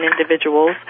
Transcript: individuals